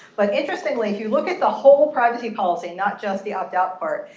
but interestingly, if you look at the whole privacy policy, not just the opt out part,